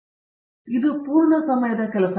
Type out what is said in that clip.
ಎರಡನೆಯದು ಇದು ಪೂರ್ಣ ಸಮಯದ ಕೆಲಸ